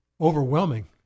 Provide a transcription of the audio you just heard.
Overwhelming